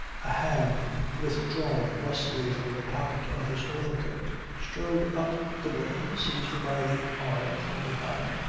a hand withdrawn brusquely from the pocket of his overcoat, strode up to the woman, seized her by the arm from behind,